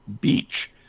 Beach